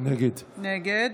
נגד